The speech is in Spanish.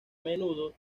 menudo